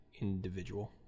individual